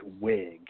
wig